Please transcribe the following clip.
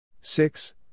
Six